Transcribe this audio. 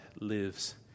lives